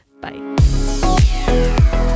bye